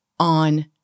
on